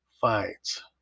Fights